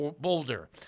boulder